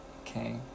okay